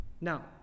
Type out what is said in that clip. Now